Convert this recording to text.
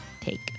take